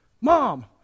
mom